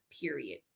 period